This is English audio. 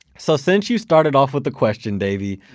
so since you started off with the question, davey,